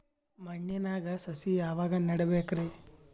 ಮಣ್ಣಿನಾಗ ಸಸಿ ಯಾವಾಗ ನೆಡಬೇಕರಿ?